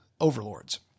overlords